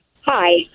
Hi